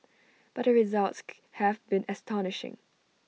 but the results have been astonishing